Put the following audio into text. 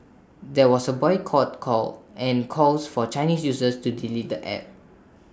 there was A boycott call and calls for Chinese users to delete the app